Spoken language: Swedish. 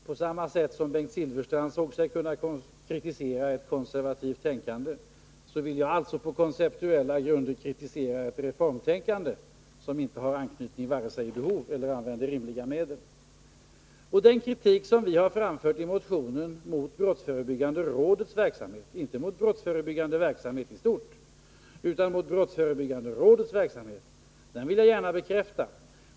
På samma sätt som Bengt Silfverstrand såg sig kunna kritisera ett konservativt tänkande vill jag, på konceptuella grunder, kritisera ett reformtänkande som inte har anknytning till behov eller använder rimliga medel. Den kritik som vi i motionen har framfört mot brottsförebyggande rådets verksamhet, inte mot brottsförebyggande verksamhet i stort, vill jag gärna bekräfta.